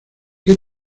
qué